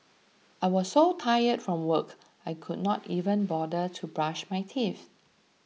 I was so tired from work I could not even bother to brush my teeth